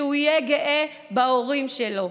שיהיה גאה בהורים שלו.